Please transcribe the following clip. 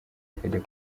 bakajya